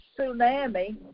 tsunami